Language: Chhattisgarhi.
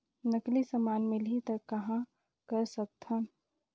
नकली समान मिलही त कहां कर सकथन?